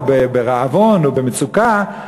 וברעבון ובמצוקה,